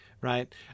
right